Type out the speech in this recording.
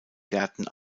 gärten